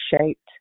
shaped